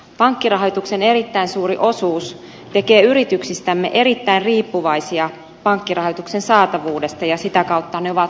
pankkirahoituksen erittäin suuri osuus tekee yrityksistämme erittäin riippuvaisia pankkirahoituksen saatavuudesta ja sitä kautta ne ovat haavoittuvaisia